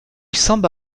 semble